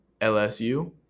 LSU